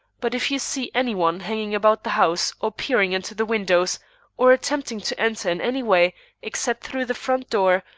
but if you see any one hanging about the house or peering into the windows or attempting to enter in any way except through the front door,